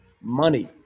money